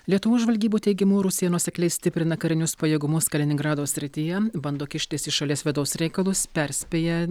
lietuvos žvalgybų teigimu rusija nuosekliai stiprina karinius pajėgumus kaliningrado srityje bando kištis į šalies vidaus reikalus perspėja